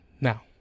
now